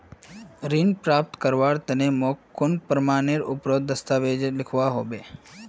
ऋण प्राप्त करवार तने मोक कुन प्रमाणएर रुपोत दस्तावेज दिखवा होबे?